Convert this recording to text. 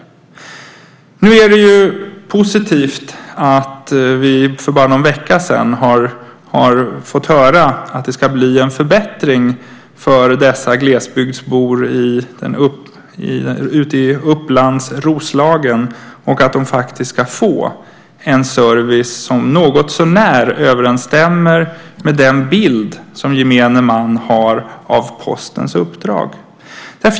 Det är positivt att vi för bara någon vecka sedan har fått höra att det ska bli en förbättring för dessa glesbygdsbor ute i den uppländska Roslagen och att de faktiskt ska få en service som någotsånär överensstämmer med den bild som gemene man har av Postens uppdrag.